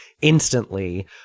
instantly